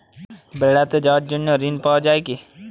বেড়াতে যাওয়ার জন্য ঋণ পাওয়া যায় কি?